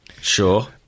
Sure